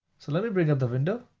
so let me bring up the window